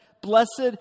blessed